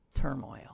turmoil